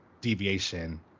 deviation